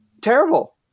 terrible